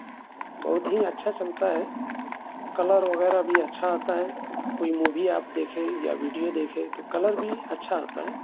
بہت ہی اچھا چلتا ہے کلر وغیرہ بھی اچھا آتا ہے کوئی مووی آپ دیکھیں یا ویڈیو دیکھیں تو کلر بھی اچھا آتا ہے